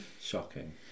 Shocking